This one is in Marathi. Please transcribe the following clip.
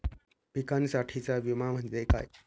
पिकांसाठीचा विमा म्हणजे काय?